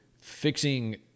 fixing